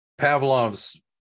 Pavlov's